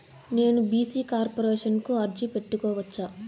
నేను BC corporation కు అర్జీ పెట్టుకోవచ్చా?